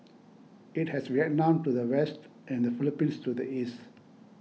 it has Vietnam to the west and the Philippines to the east